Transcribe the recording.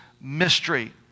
mystery